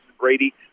Brady—